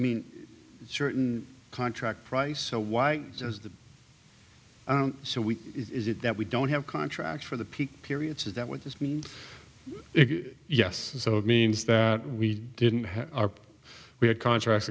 i mean certain contract price so why does the so we did that we don't have contracts for the peak periods is that what this means yes so it means that we didn't have our we had contracts